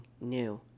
new